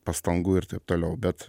pastangų ir taip toliau bet